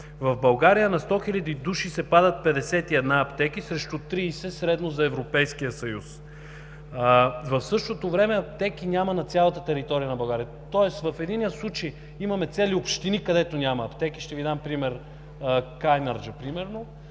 В България на 100 хиляди души се падат 51 аптеки срещу 30 средно за Европейския съюз. В същото време аптеки няма на цялата територия на България. Тоест в единия случай имаме цели общини, където няма аптеки. Ще Ви дам пример Кайнарджа примерно.